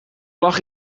lag